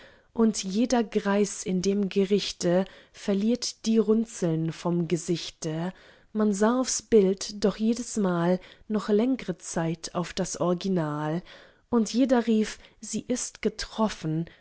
und jeder greis in dem gerichte verliert die runzeln vom gesichte man sah aufs bild doch jedesmal noch längre zeit auf das original und jeder rief sie ist getroffen